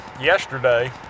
Yesterday